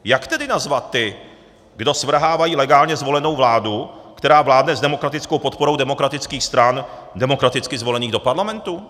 Jak tedy nazvat ty, kdo svrhávají legálně zvolenou vládu, která vládne s demokratickou podporou demokratických stran demokraticky zvolených do parlamentu?